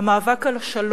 המאבק על ערכיה לא הסתיים,